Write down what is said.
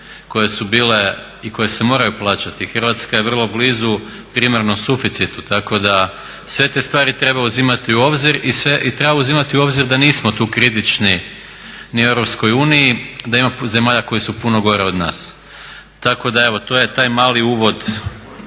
50 su kamate koje su moraju plaćati. Hrvatska je vrlo blizu primarnom suficitu tako da sve te stvari treba uzimati u obzir i treba uzimati u obzir da nismo tu kritični ni EU, da ima zemalja koje su puno gore od nas. Tako da evo to je taj mali uvod